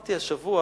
אמרתי השבוע